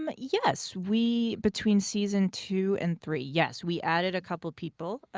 um yes, we between season two and three, yes. we added a couple people.